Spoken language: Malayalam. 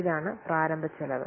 ഇതാണ് പ്രാരംഭ ചെലവ്